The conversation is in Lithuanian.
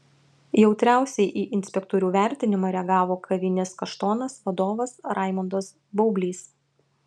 jautriausiai į inspektorių vertinimą reagavo kavinės kaštonas vadovas raimondas baublys